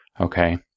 okay